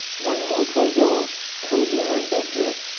one montaiglon, come here on business,